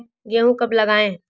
गेहूँ कब लगाएँ?